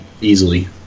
easily